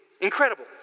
Incredible